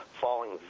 falling